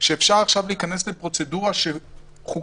שאפשר עכשיו להיכנס לפרוצדורה שנחקקה